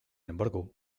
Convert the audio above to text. embargo